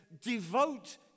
devote